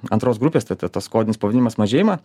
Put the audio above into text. antros grupės t t tas kodinis pavadinimas mažėjimą